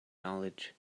knowledge